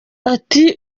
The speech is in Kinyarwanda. ati